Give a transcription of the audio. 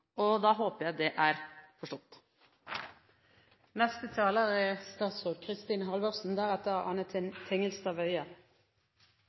Da håper jeg det er forstått.